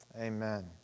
Amen